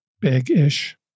big-ish